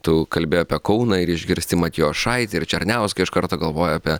tu kalbi apie kauną ir išgirsti matijošaitį ir černiauską iš karto galvoji apie